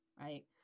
right